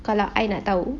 kalau I nak tahu